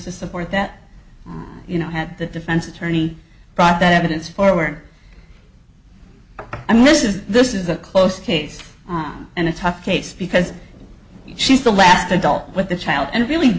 to support that you know had the defense attorney brought that it's forward i mean this is this is a close case and a tough case because she's the last adult with the child and really